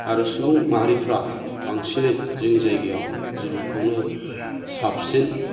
आरो सुबुं माहारिफ्रा बांसिनै जोंनि जायगायाव जोलुरखौनो साबसिन